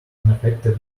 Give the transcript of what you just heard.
unaffected